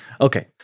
Okay